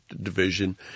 division